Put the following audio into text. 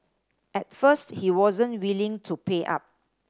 at first he wasn't willing to pay up